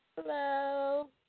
Hello